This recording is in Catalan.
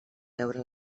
veure